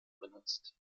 genutzt